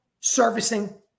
servicing